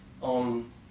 on